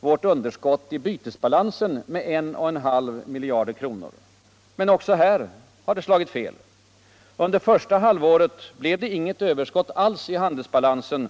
värt underskott i bytesbalansen med 15 miljarder kronor. Men också här har det slagit fel. Under första halvåret blev det inget överskout alls i handelsbalansen.